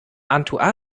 unto